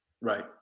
right